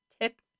tip